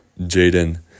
Jaden